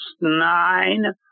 nine